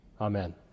Amen